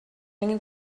angen